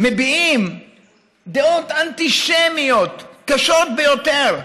מביעים דעות אנטישמיות קשות ביותר.